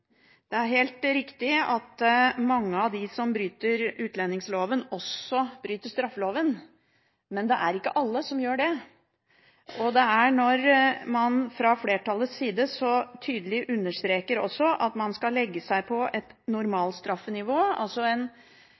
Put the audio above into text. Det er helt riktig at mange av dem som bryter utlendingsloven, også bryter straffeloven, men det er ikke alle som gjør det. Når man fra flertallets side så tydelig understreker at man skal legge seg på et normalstraffenivå – altså